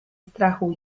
strachu